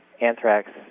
anthrax